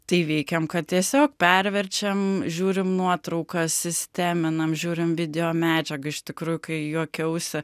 tai veikėm kad tiesiog perverčiam žiūrim nuotraukas sisteminam žiūrim video medžiagą iš tikrųjų kai juokiausi